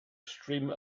streamer